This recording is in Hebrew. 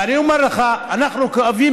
ואני אומר לך: אנחנו כואבים,